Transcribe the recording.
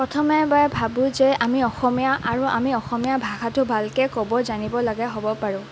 প্ৰথমে মই ভাবোঁ যে আমি অসমীয়া আৰু আমি অসমীয়া ভাষাটো ভালকৈ ক'ব জানিবলগা হ'ব পাৰোঁ